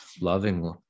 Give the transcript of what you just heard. loving